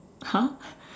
!huh!